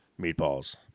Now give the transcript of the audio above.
meatballs